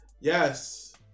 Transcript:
yes